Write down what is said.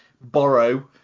borrow